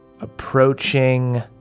approaching